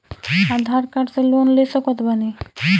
आधार card से loan ले सकत बणी?